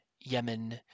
Yemen